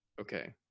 Okay